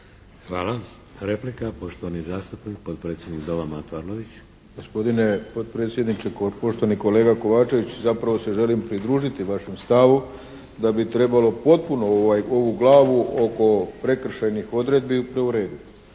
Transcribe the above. Hvala. Replika, poštovani zastupnik potpredsjednik Doma, Mato Arlović. **Arlović, Mato (SDP)** Gospodine potpredsjedniče, poštovani kolega Kovačević zapravo se želim pridružiti vašem stavu da bi trebalo potpuno ovu glavu oko prekršajnih odredbi to urediti,